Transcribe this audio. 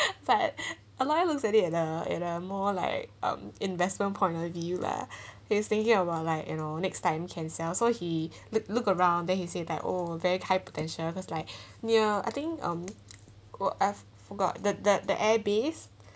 fat I always look at it and uh and uh more like um investment point of view ah he's thinking about like you know next time can sell so he look look around then he say like oh very high potential because like near I think um oh I've forgot the the the airbase